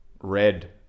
red